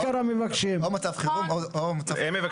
או מצב חירום או מצב בריאותי.